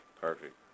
Perfect